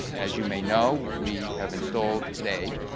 as you may know, we have installed today